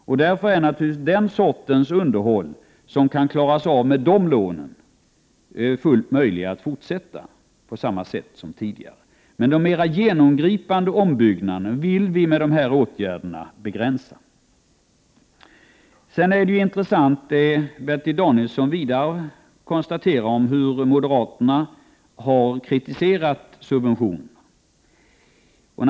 Det är därför naturligtvis fullt möjligt att fortsätta på samma sätt som tidigare med den typ av underhåll som kan klaras av med hjälp av de lånen. Men vi vill med hjälp av de här åtgärderna begränsa de mer genomgripande ombyggnaderna. Bertil Danielsson konstaterade vidare att moderaterna har kritiserat subventionerna.